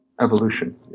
evolution